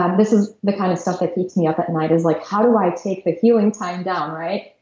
ah this is the kind of stuff that keeps me up at night is like, how do i take the healing side down, right?